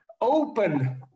open